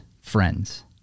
friends